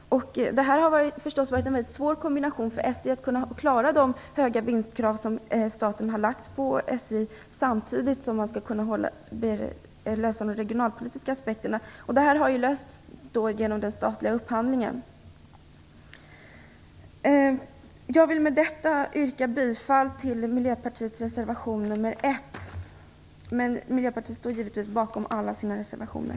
Det har naturligtvis varit en svår kombination för SJ att klara de höga vinstkrav som staten har ställt samtidigt som man varit tvungen att lösa de regionalpolitiska aspekterna. Det har lösts genom den statliga upphandlingen. Jag vill med detta yrka bifall till Miljöpartiets reservation nr 1, men Miljöpartiet står givetvis bakom alla sina reservationer.